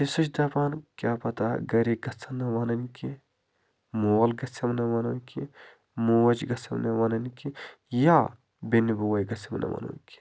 سُہ چھِ دَپان کیٛاہ پتہٕ گَرٕکۍ گژھَن نہٕ وَنٕنۍ کیٚنہہ مول گژھیٚم نہٕ وَنُن کیٚنہہ موج گژھیٚم نہٕ وَنٕنۍ کیٚنہہ یا بیٚنہِ بوے گژھیٚم نہٕ وَنُن کیٚنہہ